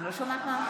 לא ביקשתי את העזרה.